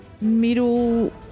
middle